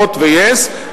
"הוט" ו-yes,